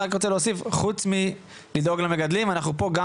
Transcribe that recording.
אני רק רוצה להוסיף שחוץ מלדאוג למגדלים אנחנו פה גם